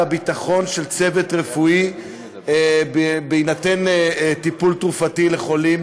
הביטחון של הצוות הרפואי בהינתן טיפול תרופתי לחולים,